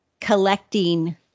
collecting